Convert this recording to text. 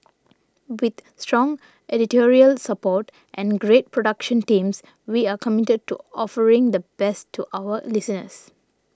with strong editorial support and great production teams we are committed to offering the best to our listeners